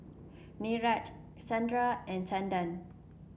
Niraj Chanda and Chanda